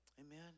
Amen